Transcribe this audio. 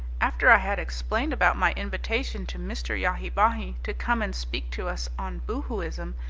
after i had explained about my invitation to mr. yahi-bahi to come and speak to us on boohooism,